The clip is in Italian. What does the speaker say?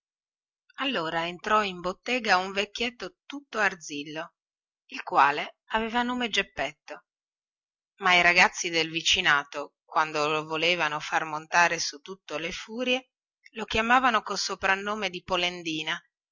allora entrò in bottega un vecchietto tutto arzillo il quale aveva nome geppetto ma i ragazzi del vicinato quando lo volevano far montare su tutte le furie lo chiamavano col soprannome di polendina